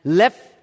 left